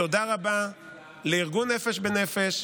תודה רבה לארגון נפש בנפש,